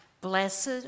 Blessed